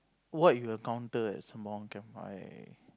what you encounter at Sembawang camp I